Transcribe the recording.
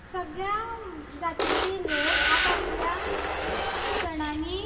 सगळ्या जातीची लोक आप आपल्या सणांनी